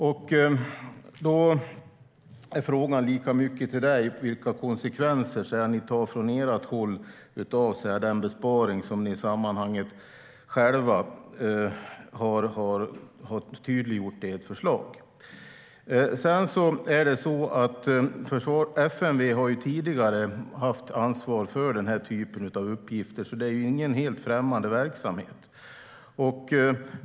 Då är alltså frågan lika mycket till dig, Lena Asplund: Vilka konsekvenser tar ni av den besparing som ni själva har tydliggjort i ert förslag? FMV har tidigare haft ansvar för den här typen av uppgifter. Det är alltså ingen helt främmande verksamhet.